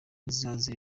muzaze